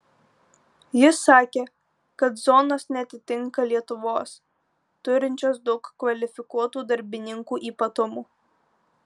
jis sakė kad zonos neatitinka lietuvos turinčios daug kvalifikuotų darbininkų ypatumų